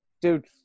dude